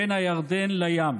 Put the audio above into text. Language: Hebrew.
בין הירדן לים.